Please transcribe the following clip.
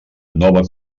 nova